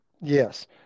Yes